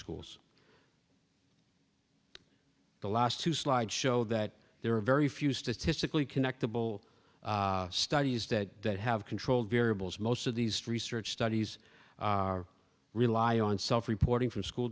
schools the last two slide show that there are very few statistically connectable studies that have controlled variables most of these research studies rely on self reporting from school